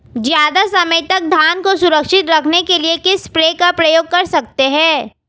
ज़्यादा समय तक धान को सुरक्षित रखने के लिए किस स्प्रे का प्रयोग कर सकते हैं?